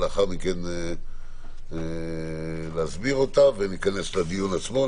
לאחר מכן נסביר אותה וניכנס לדיון עצמו.